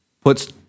puts